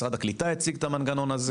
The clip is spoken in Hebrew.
משרד הקליטה הציג אותו,